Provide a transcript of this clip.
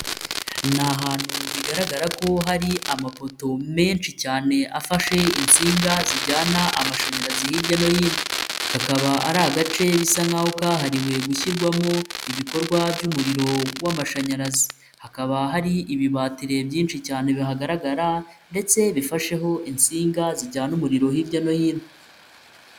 Ni ahantu bigaragara ko hari amapoto menshi cyane afashe insinga zijyana amashanyarazi hirya no hino, kakaba ari agace bisa nk'aho kahariwe gushyirwamo ibikorwa by'umuriro w'amashanyarazi, hakaba hari ibibatire byinshi cyane bihagaragara ndetse bifasheho insinga zijyana umuriro hirya no hino.